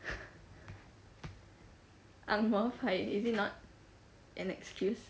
angmoh pai is it not an excuse